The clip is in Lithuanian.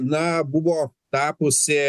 na buvo tapusi